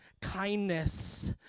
kindness